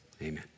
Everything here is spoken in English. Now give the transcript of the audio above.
Amen